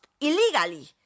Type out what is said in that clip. illegally